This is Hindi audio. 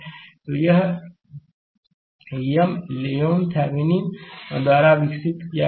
तो यह M Leon Thevenin M Leon Thevenin द्वारा विकसित किया गया था